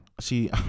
See